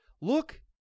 Look